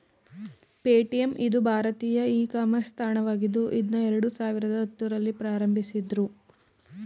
Paytm ಇದು ಭಾರತೀಯ e commerce ತಾಣವಾಗಿದ್ದು ಇದ್ನಾ ಎರಡು ಸಾವಿರದ ಹತ್ತುರಲ್ಲಿ ಪ್ರಾರಂಭಿಸಿದ್ದ್ರು